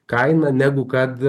kaina negu kad